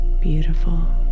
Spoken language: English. beautiful